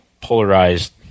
polarized